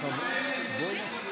אני רוצה לשמוע, כן או לא.